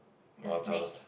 the snack